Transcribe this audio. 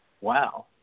wow